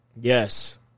Yes